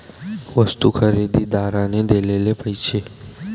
वस्तू खरेदीदाराने दिलेले पैसे